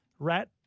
Rat